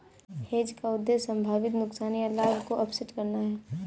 hedge का उद्देश्य संभावित नुकसान या लाभ को ऑफसेट करना है